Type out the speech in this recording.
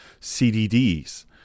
CDDs